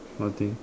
what thing